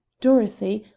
dorothy,